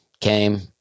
came